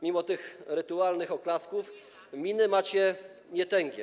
Mimo tych rytualnych oklasków miny macie nietęgie.